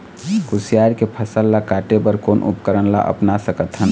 कुसियार के फसल ला काटे बर कोन उपकरण ला अपना सकथन?